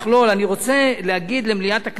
אני רוצה להגיד למליאת הכנסת,